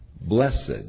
Blessed